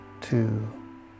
two